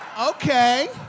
Okay